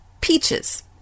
peaches